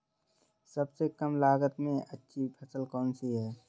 सबसे कम लागत में अच्छी फसल कौन सी है?